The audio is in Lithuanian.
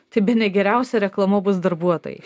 tai bene geriausia reklama bus darbuotojai